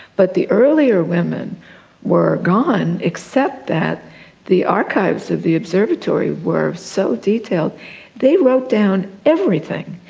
but the earlier women were gone, except that the archives of the observatory were so detailed they wrote down everything.